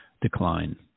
decline